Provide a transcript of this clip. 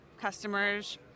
customers